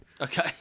Okay